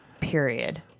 Period